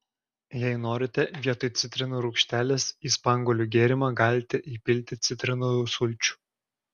jei norite vietoj citrinų rūgštelės į spanguolių gėrimą galite įpilti citrinų sulčių